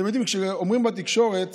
אתם יודעים, כשאומרים בתקשורת